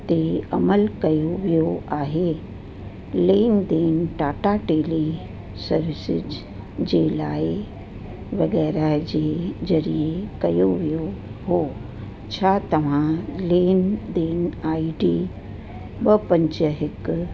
ते अमल कयो वियो आहे लेनदेन टाटा टिली सर्विसिज जे लाए वगैरा जी जरिए कयो वियो हो छा तव्हां लेनदेन आईडी ॿ पंज हिकु